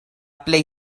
plej